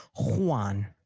Juan